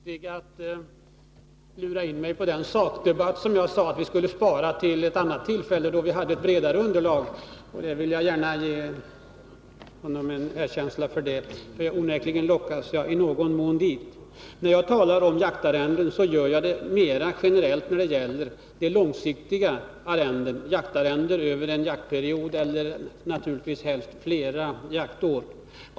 Herr talman! John Andersson ville inte lura in mig på den sakdebatt som jag sade att vi skulle spara till ett annat tillfälle, då vi hade ett bredare underlag. Jag vill gärna ge honom en erkänsla för det, men i någon mån lockas jag in på den debatten. När jag talar om jaktarrenden gör jag det mera generellt då det gäller långsiktiga jaktarrenden— arrenden över en jaktperiod eller naturligtvis helst flera jaktår.